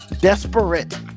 desperate